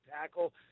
tackle